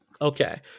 Okay